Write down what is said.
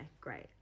great